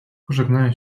pożegnałem